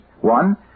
One